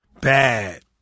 Bad